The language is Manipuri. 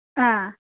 ꯑꯥ